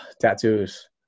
tattoos